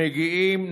מגיעים,